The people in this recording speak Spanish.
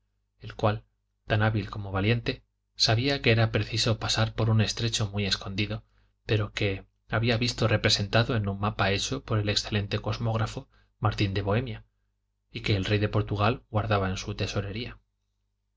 el cual tan hábil como valiente sabía que era preciso pasar por un estrecho muy escondido pero que había visto representado en un mapa hecho por el excelente cosmógrafo martín de bohemia y que el rey de portugal guardaba en su tesorería en